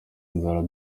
inzara